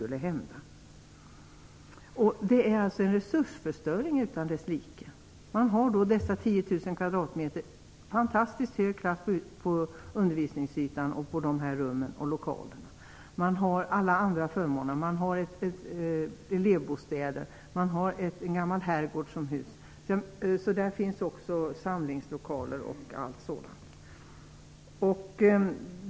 Att lägga ned Garpenberg skulle vara en resursförstöring utan dess like. I Garpenberg finns, som sagt, en undervisningsyta på 10 000 kvadratmeter. Det är fantastiskt hög klass på undervisningsytan och på lokalerna. Det finns en mängd andra fördelar. Det finns elevbostäder. I en gammal herrgård finns t.ex. samlingslokaler.